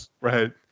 Right